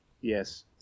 Yes